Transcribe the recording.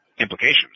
implications